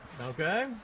okay